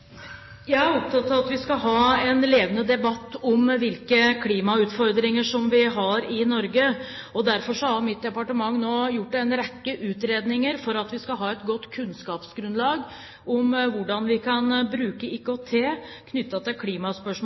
opptatt av at vi skal ha en levende debatt om hvilke klimautfordringer vi har i Norge. Derfor har mitt departement nå gjort en rekke utredninger for at vi skal ha et godt kunnskapsgrunnlag om hvordan vi kan bruke IKT knyttet til